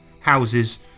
houses